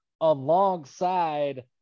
alongside